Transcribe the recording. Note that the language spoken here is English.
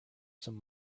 some